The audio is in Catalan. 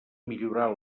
millorar